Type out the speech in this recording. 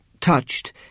Touched